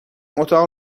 اتاق